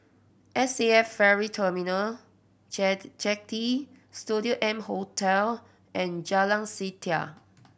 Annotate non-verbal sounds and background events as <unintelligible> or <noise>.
S A F Ferry Terminal <unintelligible> Jetty Studio M Hotel and Jalan Setia